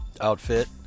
outfit